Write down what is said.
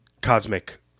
cosmic